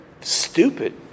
stupid